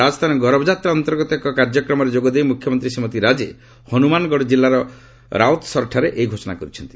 ରାଜସ୍ଥାନ ଗୌରବଯାତ୍ରା ଅନ୍ତର୍ଗତ ଏକ କାର୍ଯ୍ୟକ୍ରମରେ ଯୋଗଦେଇ ମୁଖ୍ୟମନ୍ତ୍ରୀ ଶ୍ରୀମତୀ ରାଜେ ହନୁମାନଗଡ଼ ଜିଲ୍ଲାର ରାଓ୍ୱତସରଠାରେ ଏହି ଘୋଷଣା କରିଛନ୍ତି